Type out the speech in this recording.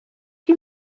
chi